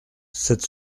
sept